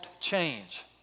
change